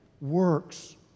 works